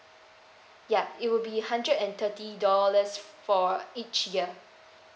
yeah it will be hundred and thirty dollars for each year